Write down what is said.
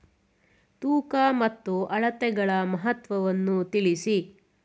ತೂಕ ಮತ್ತು ಅಳತೆಗಳ ಮಹತ್ವವನ್ನು ತಿಳಿಸಿ?